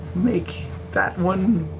make that one